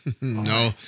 No